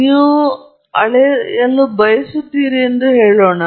ಆದ್ದರಿಂದ ನೀವು ಮಾದರಿಯನ್ನು ನೋಡುತ್ತಿರುವಿರಿ ನೀವು ಕೇವಲ ಅಳೆಯಲು ಬಯಸುವಿರಾ ಎಂದು ಹೇಳಬಹುದು